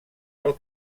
pel